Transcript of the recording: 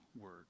word